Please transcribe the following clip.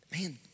Man